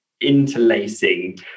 interlacing